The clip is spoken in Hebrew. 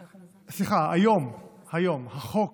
סליחה, היום החוק